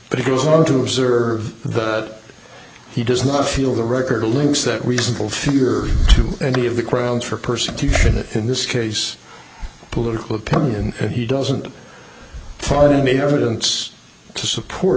but he goes on to observe that he does not feel the record or links that reasonable fear to any of the grounds for persecution in this case political opinion and he doesn't pardon me evidence to support